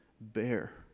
bear